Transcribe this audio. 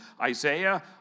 Isaiah